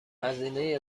هزینه